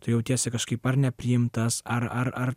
tu jautiesi kažkaip ar nepriimtas ar ar ar